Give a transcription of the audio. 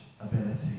ability